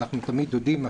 אנחנו תמיד יודעים,